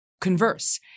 converse